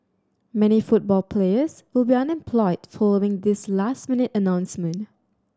many football players will be unemployed following this last minute announcement